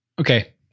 Okay